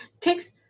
takes